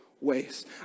ways